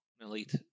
Elite